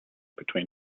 between